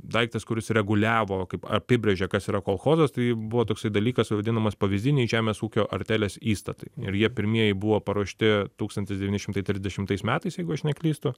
daiktas kuris reguliavo kaip apibrėžė kas yra kolchozas tai buvo toksai dalykas vadinamas pavyzdiniai žemės ūkio artelės įstatai ir jie pirmieji buvo paruošti tūkstantis devyni šimtai trisdešimtais metais jeigu aš neklystu